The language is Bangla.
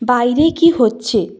বাইরে কী হচ্ছে